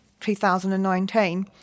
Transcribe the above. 2019